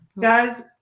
Guys